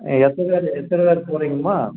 ஆ எத்தனை பேர் எத்தனை பேர் போகறிங்கம்மா